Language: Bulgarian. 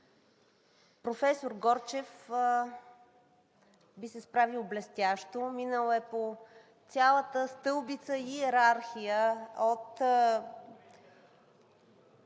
професор Горчев би се справил блестящо. Минал е по цялата стълбица и йерархия –